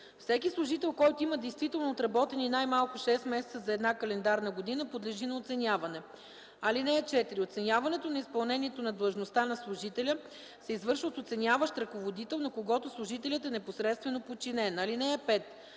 Всеки служител, който има действително отработени най-малко 6 месеца за една календарна година, подлежи на оценяване. (4) Оценяването на изпълнението на длъжността на служителя се извършва от оценяващ ръководител, на когото служителят е непосредствено подчинен. (5)